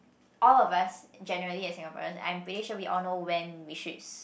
all of us generally as Singaporean I'm pretty sure we all know when we should